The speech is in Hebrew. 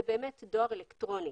זה דואר אלקטרוני.